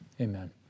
Amen